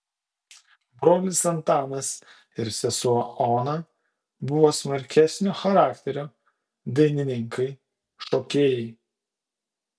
brolis antanas ir sesuo ona buvo smarkesnio charakterio dainininkai šokėjai